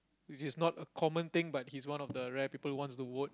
which is not a common thing but he's one of the rare people wants to vote